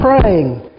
praying